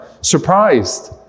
surprised